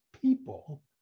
people